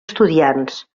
estudiants